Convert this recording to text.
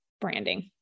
branding